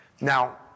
Now